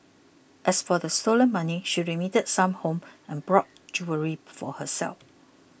as for the stolen money she remitted some home and brought jewellery for herself